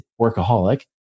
workaholic